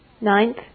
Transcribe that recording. Ninth